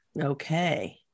Okay